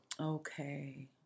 Okay